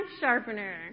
sharpener